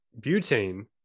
butane